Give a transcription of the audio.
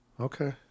Okay